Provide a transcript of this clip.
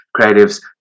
creatives